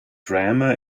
grammar